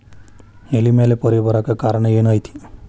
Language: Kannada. ಎಲೆ ಮ್ಯಾಲ್ ಪೊರೆ ಬರಾಕ್ ಕಾರಣ ಏನು ಐತಿ?